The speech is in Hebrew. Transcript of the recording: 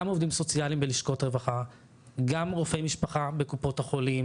עובדים סוציאליים בלשכות הרווחה וגם רופאי משפחה בקופות החולים